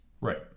Right